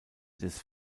des